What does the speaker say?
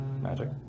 Magic